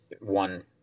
one